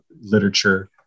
literature